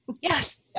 Yes